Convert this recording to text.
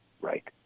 Right